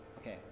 Okay